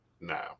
No